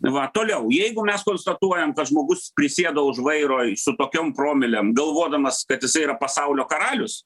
va toliau jeigu mes konstatuojam kad žmogus prisėdo už vairo su tokiom promilėm galvodamas kad jisai yra pasaulio karalius